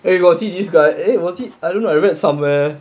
then you got see this guy eh was it I don't know I read somewhere